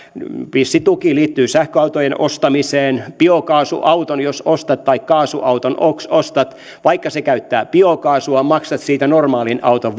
vissi tuki liittyy sähköautojen ostamiseen biokaasuauton tai kaasuauton jos ostat niin vaikka se käyttää biokaasua maksat siitä normaalin auton